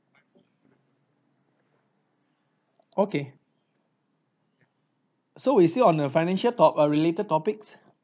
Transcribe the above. okay so we're still on the financial top~ err related topics